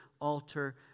altar